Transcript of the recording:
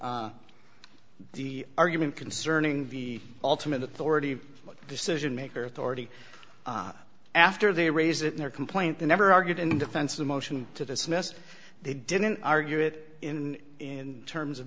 the argument concerning the ultimate authority decision maker authority after they raise it in their complaint they never argued in defense of the motion to dismiss they didn't argue it in in terms of